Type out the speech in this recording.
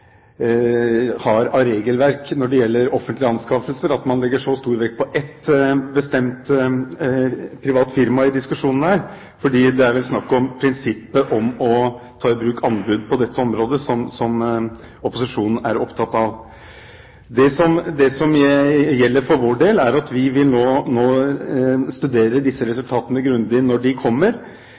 har av regelverk for offentlige anskaffelser, at man legger så stor vekt på ett bestemt privat firma i diskusjonen her, for det er vel snakk om prinsippet om å ta i bruk anbud på dette området, som opposisjonen er opptatt av. Det som gjelder for vår del, er at vi nå vil studere disse resultatene grundig når de kommer.